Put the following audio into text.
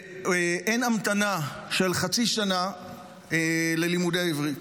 ואין המתנה של חצי שנה ללימודי עברית.